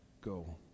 go